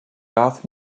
darth